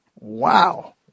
Wow